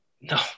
No